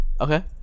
Okay